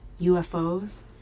UFOs